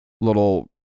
little